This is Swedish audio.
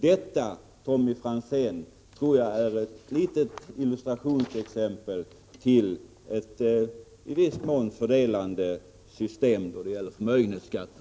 Detta, Tommy Franzén, är ett litet illustrationsexempel till ett i viss mån fördelande system då det gäller förmögenhetsskatter.